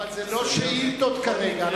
אבל זה לא שאילתות כרגע.